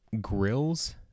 grills